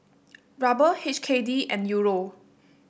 Ruble H K D and Euro